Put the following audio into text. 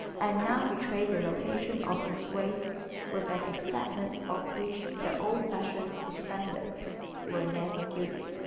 and now betrays the location of his waist with an exactness of which the old-fashioned suspenders were never guilty.